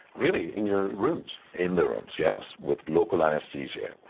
really, in your rooms? in the rooms yes, with local anaesthesia.